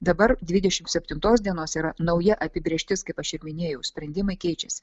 dabar dvidešimt septintos dienos yra nauja apibrėžtis kaip aš ir minėjau sprendimai keičiasi